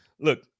look